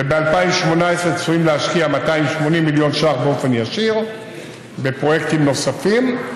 וב-2018 צפויים להשקיע 280 מיליון ש"ח באופן ישיר בפרויקטים נוספים,